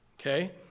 okay